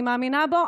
אני מאמינה בזה,